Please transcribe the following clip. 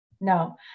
no